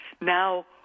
Now